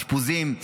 אשפוזים,